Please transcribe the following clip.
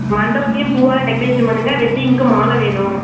மண்டபத்தையும் பூவால் டெக்ரேஷன் பண்ணுங்கள் வெட்டிங்க்கு மாலை வேணும்